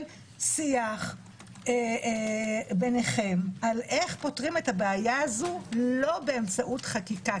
שיח ביניכם איך פותרים את הבעיה הזו לא באמצעות חקיקה,